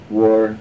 war